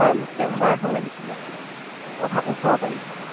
হয় মোক ট্ৰেভেলাৰ এখন লাগিছিল অহা ওঠৰ তাৰিখে